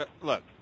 Look